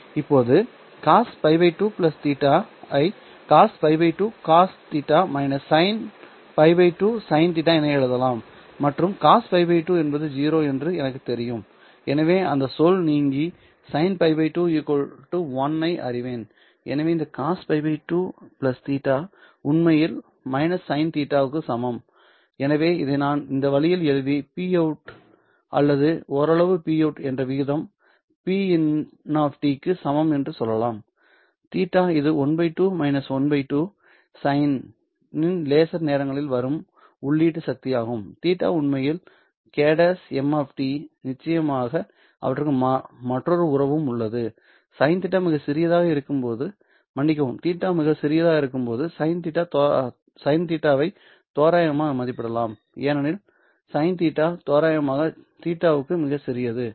இப்போது Cos π 2 θ ஐ cos π 2 cosθ sin π 2 sinθ என எழுதலாம் மற்றும் cos π 2 என்பது 0 என்று எனக்குத் தெரியும் எனவே அந்த சொல் நீங்கி sin π 2 1 ஐ அறிவேன் எனவே இந்த cos π 2 θ உண்மையில் sinθ க்கு சமம் எனவே இதை நான் இந்த வழியில் எழுதி Pout அல்லது ஓரளவு Pout என்ற விகிதம் Pin க்கு சமம் என்று சொல்லலாம் θ இது 1 2 1 2 sin ன் லேசர் நேரங்களிலிருந்து வரும் உள்ளீடு சக்தியாகும் θ உண்மையில் kʹ m நிச்சயமாக அவற்றிற்கு மற்றொரு உறவும் உள்ளது sinθ மிகச் சிறியதாக இருக்கும்போது மன்னிக்கவும் θ மிகச் சிறியதாக இருக்கும்போது sinθ ஐ தோராயமாக மதிப்பிடலாம் ஏனெனில் sinθ தோராயமாக θ வுக்கு மிகச் சிறியது